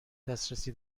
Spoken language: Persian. دسترسی